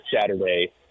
Saturday